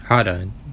pardon